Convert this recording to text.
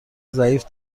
ضعیف